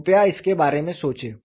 कृपया इसके बारे में सोंचे